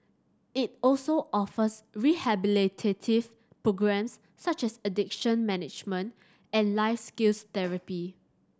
it also offers rehabilitative programmes such as addiction management and life skills therapy